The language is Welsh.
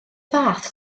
fath